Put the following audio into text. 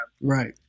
Right